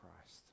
Christ